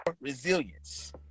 resilience